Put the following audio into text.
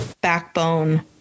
backbone